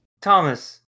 Thomas